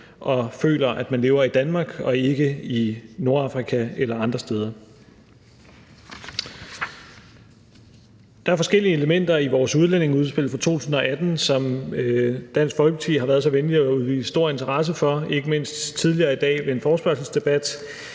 og føler, at man lever i Danmark og ikke i Nordafrika eller andre steder. Der er forskellige elementer i vores udlændingeudspil fra 2018, som Dansk Folkeparti har været så venlig at vise stor interesse for, ikke mindst tidligere i dag ved en forespørgselsdebat.